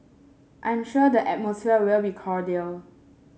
I'm sure the atmosphere will be cordial